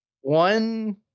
One